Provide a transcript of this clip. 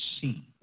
see